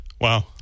Wow